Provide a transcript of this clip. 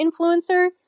influencer